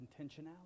intentionality